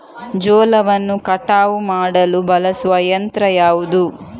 ಜೋಳವನ್ನು ಕಟಾವು ಮಾಡಲು ಬಳಸುವ ಯಂತ್ರ ಯಾವುದು?